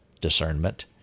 discernment